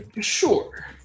sure